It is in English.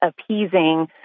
appeasing